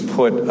put